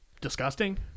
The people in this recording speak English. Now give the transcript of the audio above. disgusting